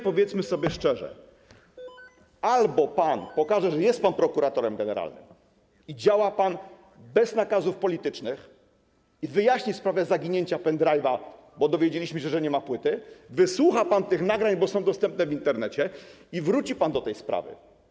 Powiedzmy sobie uczciwie, szczerze: albo pan pokaże, że jest pan prokuratorem generalnym i działa pan bez nakazów politycznych, i wyjaśni sprawę zaginięcia pendrive’a, bo dowiedzieliśmy się, że nie ma płyty, wysłucha pan tych nagrań, bo są dostępne w Internecie, i wróci pan do tej sprawy.